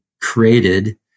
created